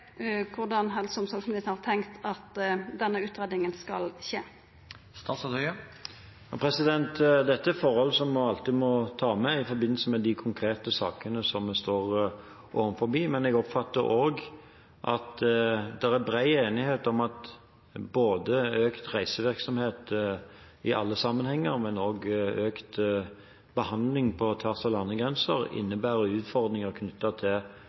helse- og omsorgsministeren har tenkt at denne utgreiinga skal skje. Dette er forhold som en alltid må ta med i samband med de konkrete sakene som vi står overfor. Jeg oppfatter også at det er bred enighet om at både økt reisevirksomhet i alle sammenhenger og økning i behandlinger på tvers av landegrenser innebærer utfordringer knyttet til